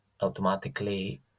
automatically